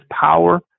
power